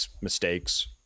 mistakes